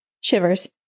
Shivers